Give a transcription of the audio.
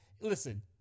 Listen